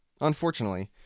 Unfortunately